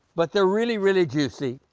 but they are really really juicy.